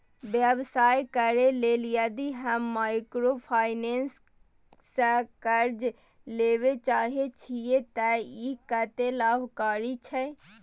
व्यवसाय करे के लेल यदि हम माइक्रोफाइनेंस स कर्ज लेबे चाहे छिये त इ कत्ते लाभकारी छै?